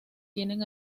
tienen